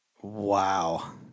Wow